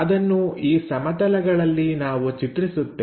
ಅದನ್ನು ಈ ಸಮತಲಗಳಲ್ಲಿ ನಾವು ಚಿತ್ರಿಸುತ್ತೇವೆ